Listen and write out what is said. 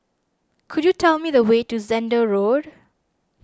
could you tell me the way to Zehnder Road